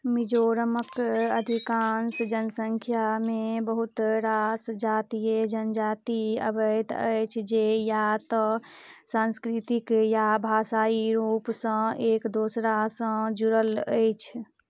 मिजोरमक अधिकांश जनसंख्यामे बहुत रास जातीय जनजाति अबैत अछि जे या तऽ सांस्कृतिक या भाषाई रूपसँ एक दोसरासँ जुड़ल अछि